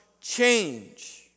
change